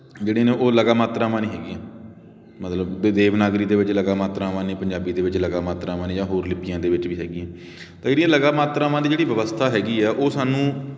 ਜਿਹੜੀ ਨੇ ਉਹ ਲਗਾ ਮਾਤਰਾਵਾਂ ਨਹੀਂ ਹੈਗੀਆਂ ਮਤਲਬ ਦੇਵਨਾਗਰੀ ਦੇ ਵਿੱਚ ਲਗਾ ਮਾਤਰਾਵਾਂ ਨੇ ਪੰਜਾਬੀ ਦੇ ਵਿੱਚ ਲਗਾ ਮਾਤਰਾਵਾਂ ਨੇ ਜਾਂ ਹੋਰ ਲਿਪੀਆਂ ਦੇ ਵਿੱਚ ਵੀ ਹੈਗੀਆਂ ਤਾਂ ਜਿਹੜੀਆਂ ਲਗਾ ਮਾਤਰਾਵਾਂ ਦੀ ਜਿਹੜੀ ਵਿਵਸਥਾ ਹੈਗੀ ਆ ਉਹ ਸਾਨੂੰ